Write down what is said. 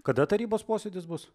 kada tarybos posėdis bus